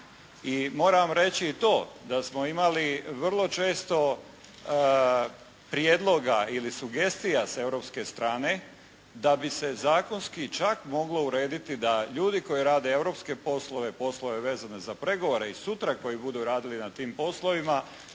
I moram reći i to da smo imali vrlo često prijedloga ili sugestija sa europske strane da bi se zakonski čak moglo urediti da ljudi koji rade europske poslove, poslove vezane za pregovore i sutra koji budu radili na tim poslovima